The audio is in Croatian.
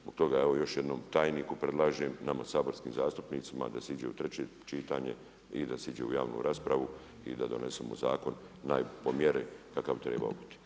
Zbog toga evo još jednom tajniku predlažem, nama saborskim zastupnicima da se ide u treće čitanje i da se ide u javnu raspravu i da donesemo zakon po mjeri kakav bi treba biti.